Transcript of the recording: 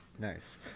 nice